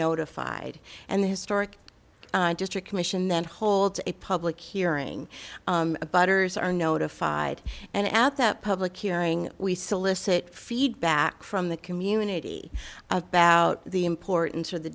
notified and the historic district commission then holds a public hearing a butter's are notified and at that public hearing we solicit feedback from the community about the importance or the